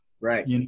Right